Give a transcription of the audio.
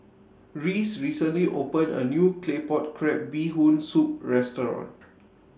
Reese recently opened A New Claypot Crab Bee Hoon Soup Restaurant